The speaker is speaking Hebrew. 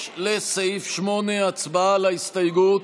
6, לסעיף 8. הצבעה על ההסתייגות.